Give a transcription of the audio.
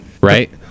right